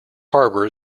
harbour